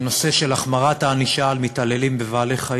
הוא הנושא של החמרת הענישה כלפי מתעללים בבעלי-חיים.